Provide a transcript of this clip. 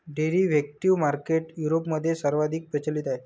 derivative market युरोपमध्ये सर्वाधिक प्रचलित आहे